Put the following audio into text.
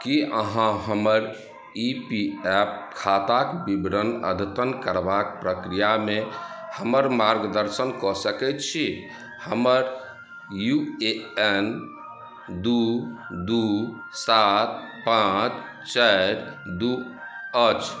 कि अहाँ हमर ई पी एफ खाताके विवरण अद्यतन करबाके प्रक्रियामे हमर मार्गदर्शन कऽ सकै छी हमर यू ए एन दुइ दुइ सात पाँच चारि दुइ अछि